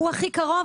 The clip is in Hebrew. הוא הכי קרוב?